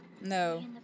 No